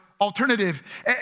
alternative